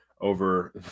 over